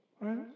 Right